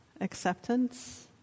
Acceptance